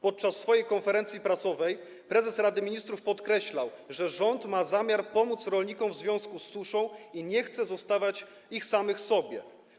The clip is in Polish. Podczas swojej konferencji prasowej prezes Rady Ministrów podkreślał, że rząd ma zamiar pomóc rolnikom w związku z suszą i nie chce zostawiać ich samych sobie.